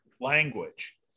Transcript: language